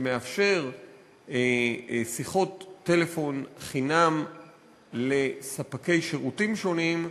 שמאפשר שיחות טלפון חינם לספקי שירותים שונים,